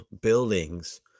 buildings